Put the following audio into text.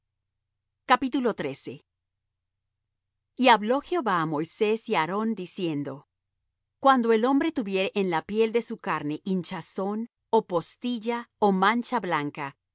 será limpia y hablo jehová á moisés y á aarón diciendo cuando el hombre tuviere en la piel de su carne hinchazón ó postilla ó mancha blanca